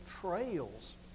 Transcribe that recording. Trails